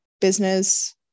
business